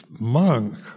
monk